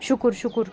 شُکُر شُکُر